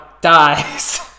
dies